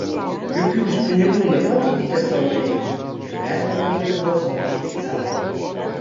juk jūs pinigų nepatikite savo reichui ir pervedate juos į šveicariją